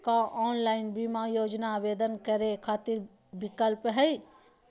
का ऑनलाइन बीमा योजना आवेदन करै खातिर विक्लप हई?